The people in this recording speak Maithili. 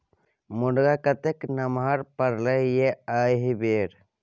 मुनगा कतेक नमहर फरलै ये एहिबेर